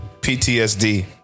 PTSD